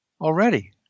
already